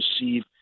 receive